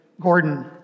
Gordon